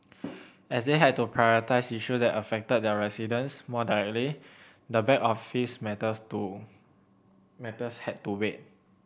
as they had to prioritise issue that affected their residents more directly the back office matters do matters had to wait